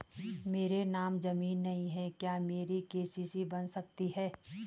मेरे नाम ज़मीन नहीं है क्या मेरी के.सी.सी बन सकती है?